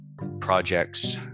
projects